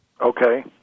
Okay